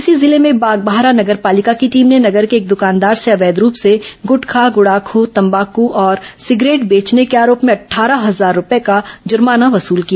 इसी जिले में बागबाहरा नगर पालिका की टीम ने नगर के एक दुकानदार से अवैध रूप से गुटखा गुड़ाखू तम्बाकू और सिगरेट बेचने के आरोप में अट्ठारह हजार का जुर्माना वसूल किया